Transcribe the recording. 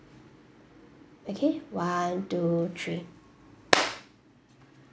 okay one two three